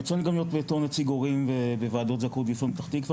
יצא לי --- וועדות זכאות בפתח תקווה.